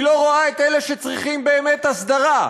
היא לא רואה את אלה שצריכים באמת הסדרה: